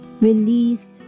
released